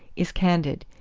is candid.